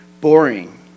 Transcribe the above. boring